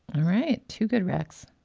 all right. two good, rex